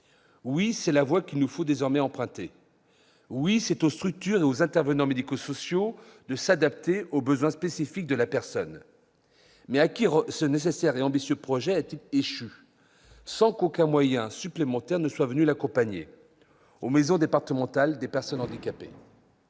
Oui, c'est la voie qu'il nous faut désormais emprunter. Oui, c'est aux structures et aux intervenants médico-sociaux de s'adapter aux besoins spécifiques de la personne. Mais à qui ce nécessaire et ambitieux projet est-il échu, sans qu'aucun moyen supplémentaire soit venu l'accompagner ? Aux maisons départementales des personnes handicapées,